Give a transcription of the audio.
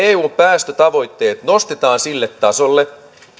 eun päästötavoitteet nostetaan sille tasolle